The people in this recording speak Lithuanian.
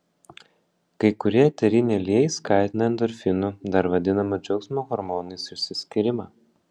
kai kurie eteriniai aliejai skatina endorfinų dar vadinamų džiaugsmo hormonais išsiskyrimą